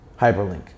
hyperlink